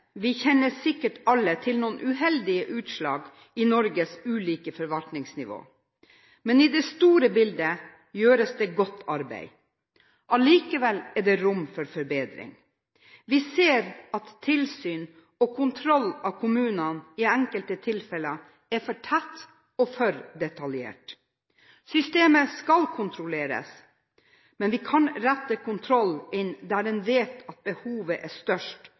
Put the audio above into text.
Vi kjenner sikkert alle til noen uheldige utslag i Norges ulike forvaltningsnivåer, men i det store bildet gjøres det godt arbeid. Likevel er det rom for forbedring. Vi ser at tilsyn og kontroll av kommunene i enkelte tilfeller er for tett og for detaljert. Systemet skal kontrolleres, men vi kan rette kontrollen inn der vi vet at behovet er størst,